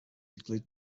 including